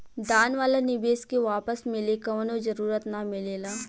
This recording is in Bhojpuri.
दान वाला निवेश के वापस मिले कवनो जरूरत ना मिलेला